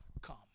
come